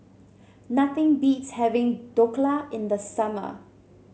nothing beats having Dhokla in the summer